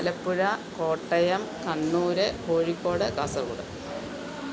Alappuzha Kottayam Kannur Kozhikode Kasaragod